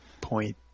point